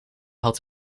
had